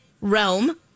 realm